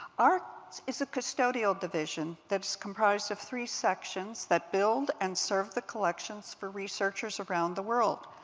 ours is a custodial division that's comprised of three sections that build and serve the collections for researchers around the world.